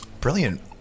Brilliant